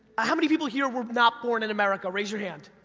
how many people here were not born in america? raise your hand.